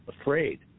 afraid